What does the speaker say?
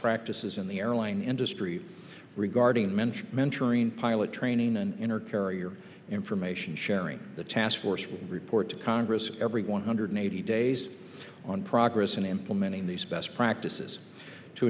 practices in the airline industry regarding mench mentoring pilot training and inner carrier information sharing the task force will report to congress every one hundred eighty days on progress in implementing these best practices to